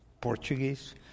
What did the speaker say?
Portuguese